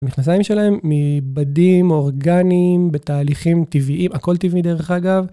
המכנסיים שלהם מבדים אורגניים בתהליכים טבעיים, הכל טבעי דרך אגב.